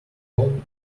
home